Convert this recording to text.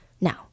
Now